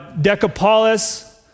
Decapolis